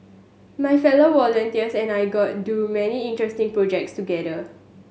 my fellow volunteers and I got do many interesting projects together